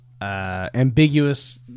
ambiguous